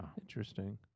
Interesting